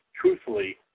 truthfully